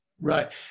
Right